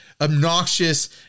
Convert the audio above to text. obnoxious